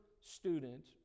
student